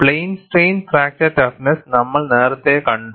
plain strain fracture toughness നമ്മൾ നേരത്തെ കണ്ടു